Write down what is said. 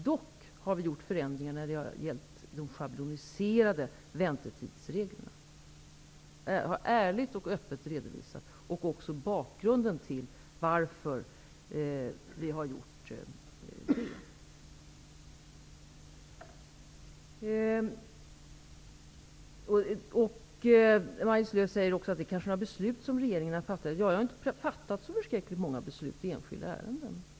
Dock har vi genomfört förändringar i fråga om de schabloniserade väntetidsreglerna. Det har jag ärligt och öppet redovisat. Det gäller också bakgrunden till detta. Maj-Lis Lööw säger att regeringen har fattat beslut. Jag har inte fattat så många beslut i enskilda ärenden.